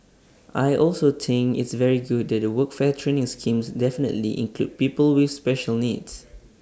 I also think it's very good that the workfare training schemes definitively include people with special needs